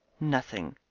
nothing.